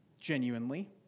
genuinely